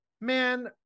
Man